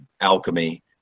alchemy